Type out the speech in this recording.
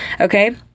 Okay